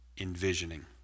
envisioning